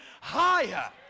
higher